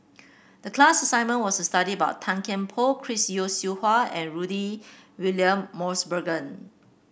the class assignment was to study about Tan Kian Por Chris Yeo Siew Hua and Rudy William Mosbergen